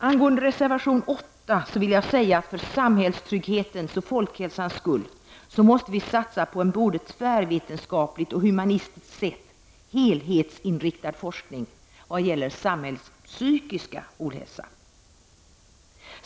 Angående reservation 8 vill jag framhålla att vi för samhällstrygghetens och folkhälsans skull måste satsa på en både tvärvetenskapligt och humanitärt helhetsinriktad forskning i vad gäller samhällets psykiska ohälsa.